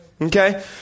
Okay